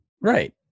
Right